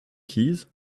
keys